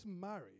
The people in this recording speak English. married